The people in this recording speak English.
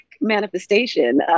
manifestation